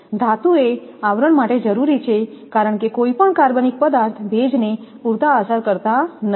ધાતુએ આવરણ માટે જરૂરી છે કારણ કે કોઈ પણ કાર્બનિક પદાર્થ ભેજ ને પૂરતા અસર કરતા નથી